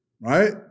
right